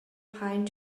pine